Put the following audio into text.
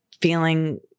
feeling